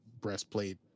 breastplate